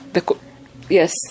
Yes